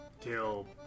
till